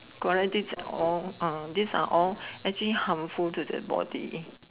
guarantee all uh this are all actually harmful to the body